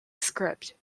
script